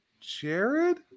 jared